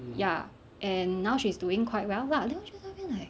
ya and now she's doing quite well lah then 我就在那边 like